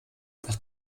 nach